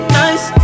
nice